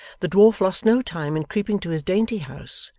the dwarf lost no time in creeping to his dainty house,